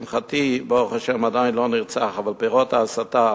לשמחתי, ברוך השם עדיין לא נרצח, אבל פירות ההסתה